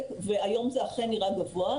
והיום זה אכן נראה גבוה,